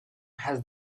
has